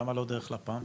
למה לא דרך לפ"מ?